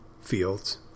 Fields